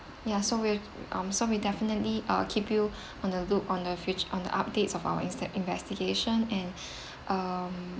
ya so will mm so will definitely ah keep you on the loop on the fu~ on the updates of our inve~ investigation and um